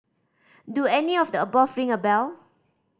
do any of the above ring a bell